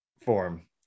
form